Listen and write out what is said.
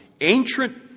Ancient